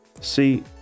See